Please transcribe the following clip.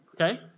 Okay